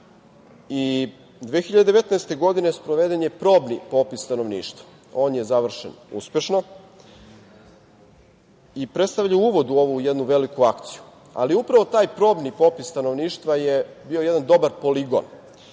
i 2019. godine sproveden je probni popis stanovništva. On je završen uspešno i predstavlja uvod u ovu jednu veliku akciju. Upravo taj probni popis stanovništva je bio jedan dobar poligon